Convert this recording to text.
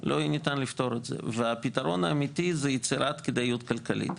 לא יהיה ניתן לפתור את זה והפתרון האמיתי זה יצירת כדאיות כלכלית.